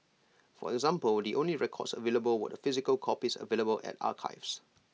for example the only records available were the physical copies available at archives